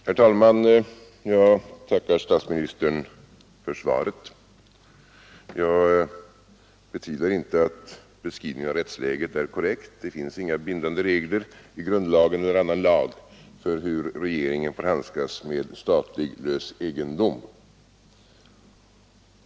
Herr talman! Jag tackar statsministern för svaret. Jag betvivlar inte att beskrivningen av rättsläget är korrekt. Det finns inga bindande regler i grundlag eller annan lag för hur regeringen får handskas med lös statlig egendom.